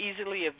easily